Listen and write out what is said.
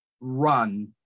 run